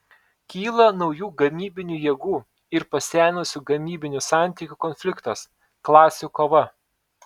kyla naujų gamybinių jėgų ir pasenusių gamybinių santykių konfliktas klasių kova